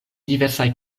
diversaj